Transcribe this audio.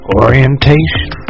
orientation